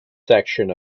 section